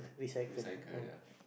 recycle ya